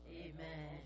amen